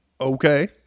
okay